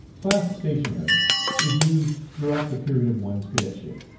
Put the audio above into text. class stationary is used throughout the period of one's cadetship.